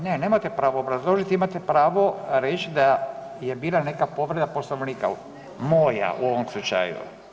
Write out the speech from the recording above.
Ne, nemate pravo obrazložiti, imate pravo reć da je bila neka povreda Poslovnika, moja u ovom slučaju.